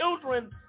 children